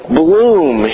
bloom